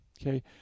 Okay